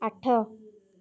ଆଠ